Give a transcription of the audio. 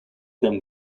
them